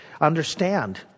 understand